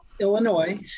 Illinois